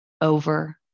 over